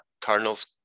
Cardinals